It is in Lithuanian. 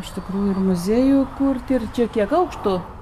iš tikrųjų ir muziejų kurti ir čia kiek aukštų